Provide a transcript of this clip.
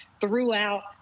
throughout